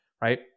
Right